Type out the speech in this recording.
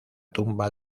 tumba